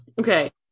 okay